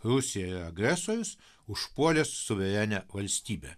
rusija yra agresorius užpuolęs suverenią valstybę